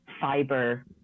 fiber